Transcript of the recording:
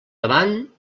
davant